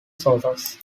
sources